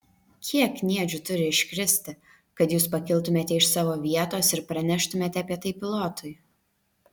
kiek kniedžių turi iškristi kad jūs pakiltumėte iš savo vietos ir praneštumėte apie tai pilotui